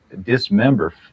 dismember